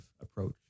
approach